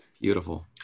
Beautiful